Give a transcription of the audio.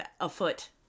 afoot